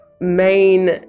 main